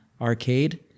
arcade